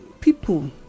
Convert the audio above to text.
people